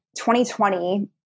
2020